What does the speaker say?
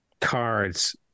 cards